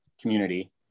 community